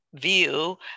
view